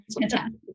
fantastic